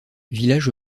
village